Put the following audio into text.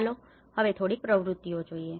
ચાલો હવે થોડીક પ્રવૃત્તિઓ કરીએ